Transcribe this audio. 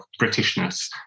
Britishness